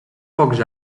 pocs